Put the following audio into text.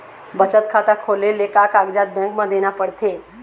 बचत खाता खोले ले का कागजात बैंक म देना पड़थे?